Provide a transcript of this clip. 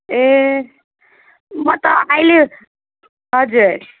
ए म त अहिले हजुर